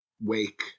wake